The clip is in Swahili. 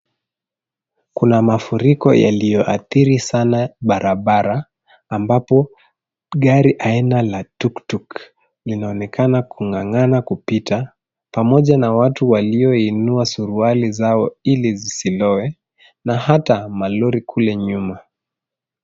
Kuna mafuriko yaliyoathiri sana barabara, ambapo gari aina la tuktuk linaonekana kung'ang'ana kupita pamoja na watu walioinua suruali zao ili zisilowe, na hata malori kule nyuma.